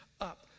up